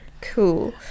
Cool